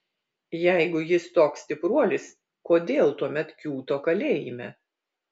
jeigu jis toks stipruolis kodėl tuomet kiūto kalėjime